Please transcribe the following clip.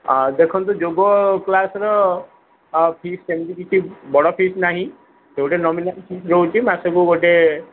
ଆଉ ଦେଖନ୍ତୁ ଯୋଗ କ୍ଲାସ୍ର ଆଉ ଫିସ୍ ସେମିତି କିଛି ବଡ଼ ଫିସ୍ ନାହିଁ ଯୋଉଠି ନ ମିଳିଲା ଦେଉଛି ମାସକୁ ଗୋଟେ